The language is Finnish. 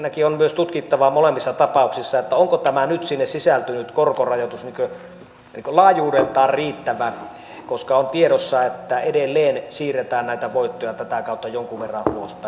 ensinnäkin on myös tutkittava molemmissa tapauksissa onko tämä nyt sinne sisältynyt korkorajoitus laajuudeltaan riittävä koska on tiedossa että edelleen siirretään näitä voittoja tätä kautta jonkun verran ulospäin